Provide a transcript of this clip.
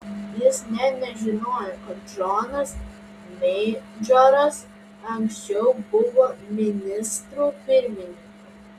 jis net nežinojo kad džonas meidžoras anksčiau buvo ministru pirmininku